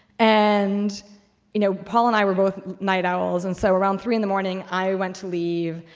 and you know paul and i were both night owls and so around three in the morning i went to leave.